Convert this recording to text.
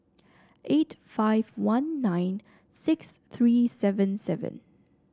eight five one nine six three seven seven